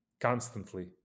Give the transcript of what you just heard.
constantly